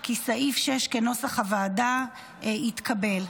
כי סעיף 6, כנוסח הוועדה, התקבל.